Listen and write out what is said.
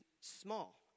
small